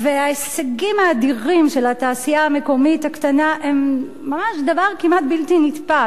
וההישגים האדירים של התעשייה המקומית הקטנה הם ממש דבר כמעט בלתי נתפס.